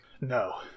No